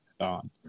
on